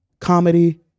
comedy